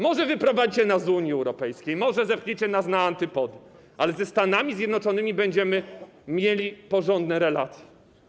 Może wyprowadzicie nas z Unii Europejskiej, może zepchniecie nas na antypody, ale ze Stanami Zjednoczonymi będziemy mieli porządne relacje.